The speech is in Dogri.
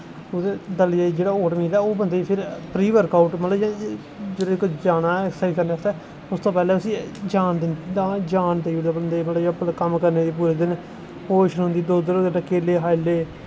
दलिये च जेह्ड़ा ओह् मील ऐ बंदे गी फिर प्री वर्क आउट मतलब जिसलै जाना एक्सरसाइज करने आस्तै आस्तै पैह्लें उसी जान दिंदा जान देई ओड़दा बंदे गी पूरा दिन कम्म करने दी होश रौंह्दी दुद्ध कन्नै केले खाई ले